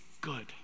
good